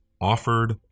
offered